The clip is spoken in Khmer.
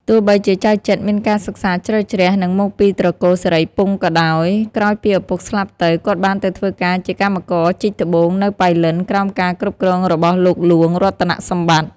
ទោះបីជាចៅចិត្រមានការសិក្សាជ្រៅជ្រះ និងមកពីត្រកូលសិរីពង្សក៏ដោយ ក្រោយពីឪពុកស្លាប់ទៅ គាត់បានទៅធ្វើការជាកម្មករជីកត្បូងនៅប៉ៃលិនក្រោមការគ្រប់គ្រងរបស់លោកហ្លួងរតនសម្បត្តិ។